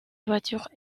voiture